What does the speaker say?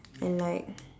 and like